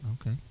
Okay